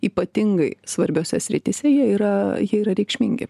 ypatingai svarbiose srityse jie yra jie yra reikšmingi